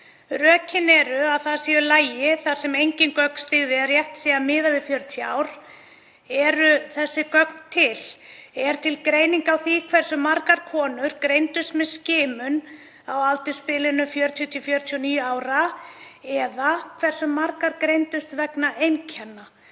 Rökin eru þau að það sé í lagi þar sem engin gögn styðji að rétt sé að miða við 40 ár. Eru þessi gögn til? Er til greining á því hversu margar konur greindust með skimun á aldursbilinu 40–49 ára, eða hversu margar greindust vegna einkenna?